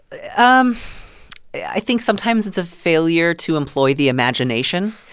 um i think sometimes it's a failure to employ the imagination.